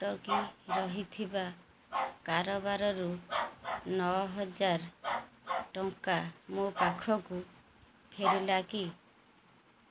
ଅଟକି ରହିଥିବା କାରବାରରୁ ନଅହଜାର ଟଙ୍କା ମୋ ପାଖକୁ ଫେରିଲା କି